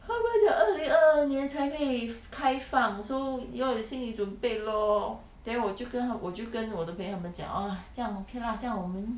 他们讲二零二二年才可以开放 so 要有心里准备 lor then 我就跟他我就跟我的朋友他们讲 oh 这样 okay lah 这样我们